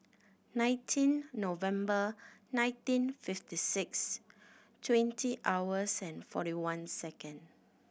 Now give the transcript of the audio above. nineteen November nineteen fifty six twenty hours and forty one second